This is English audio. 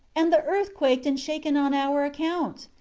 and the earth quaked and shaken on our account?